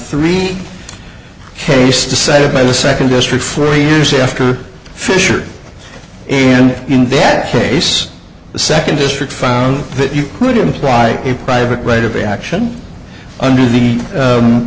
three case decided by the second district three years after fischer and in that case the second district found that you would imply a private right of action under the